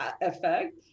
effect